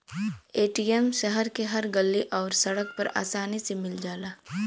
ATM शहर के हर गल्ली आउर सड़क पर आसानी से मिल जाला